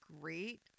great